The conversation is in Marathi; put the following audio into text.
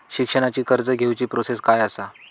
शिक्षणाची कर्ज घेऊची प्रोसेस काय असा?